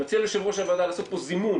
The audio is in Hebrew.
אני מציע ליושב ראש הוועדה לעשות זימון